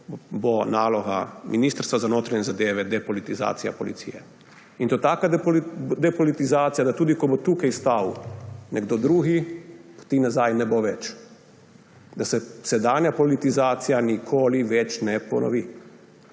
bo naloga Ministrstva za notranje zadeve depolitizacija policije. In to taka depolitizacija, da tudi ko bo tukaj stal nekdo drug, poti nazaj ne bo več, da se sedanja politizacija nikoli več ne ponovi.